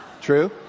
True